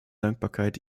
dankbarkeit